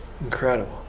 Incredible